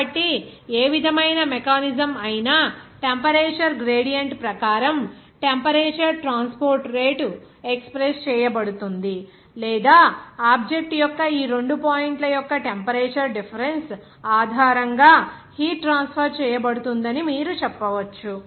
కాబట్టి ఏ విధమైన మెకానిజమ్ అయినా టెంపరేచర్ గ్రేడియంట్ ప్రకారం టెంపరేచర్ ట్రాన్స్పోర్ట్ రేటు ఎక్స్ప్రెస్ చేయబడుతుంది లేదా ఆబ్జెక్ట్ యొక్క ఈ రెండు పాయింట్ల యొక్క టెంపరేచర్ డిఫరెన్స్ ఆధారంగా హీట్ ట్రాన్స్ఫర్ చేయబడుతుందని మీరు చెప్పవచ్చు